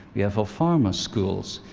we have our farmer schools.